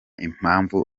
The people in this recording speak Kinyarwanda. impamvu